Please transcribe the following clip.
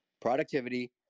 Productivity